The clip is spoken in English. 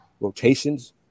rotations